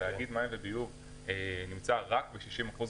שתאגיד מים וביוב נמצא רק ב-60% גבייה,